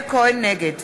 נגד